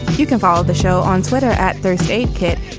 you can follow the show on twitter at first aid kit.